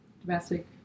domestic